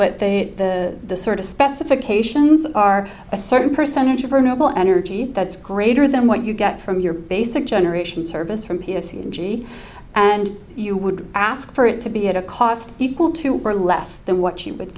what they the sort of specifications are a certain percentage of our noble energy that's greater than what you get from your basic generation service from p s e and g and you would ask for it to be at a cost equal to or less than what you would